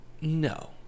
No